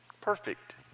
perfect